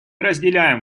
разделяем